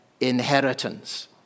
inheritance